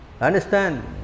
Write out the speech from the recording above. Understand